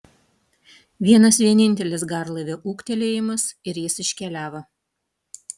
vienas vienintelis garlaivio ūktelėjimas ir jis iškeliavo